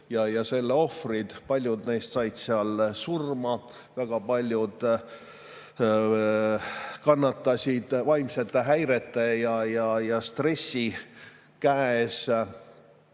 ja selle ohvrid. Paljud neist said seal surma, väga paljud on kannatanud vaimsete häirete ja stressi käes.